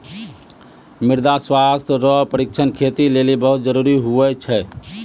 मृदा स्वास्थ्य रो परीक्षण खेती लेली बहुत जरूरी हुवै छै